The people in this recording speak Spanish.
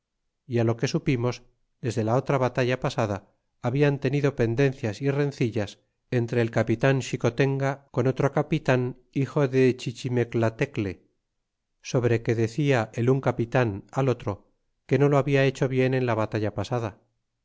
y á lo que supimos desde la otra batalla pasada hablan tenido pendencias y rencillas entre el capitan xicotenga con otro capitan hijo de chichimeclatecle sobre que decia el un capitan al otro que no lo habla hecho bien en la batalla pasada